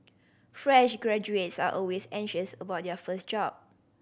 fresh graduates are always anxious about their first job